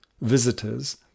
visitors